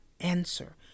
answer